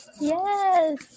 Yes